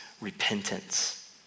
repentance